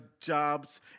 jobs